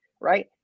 right